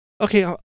Okay